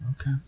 okay